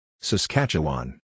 Saskatchewan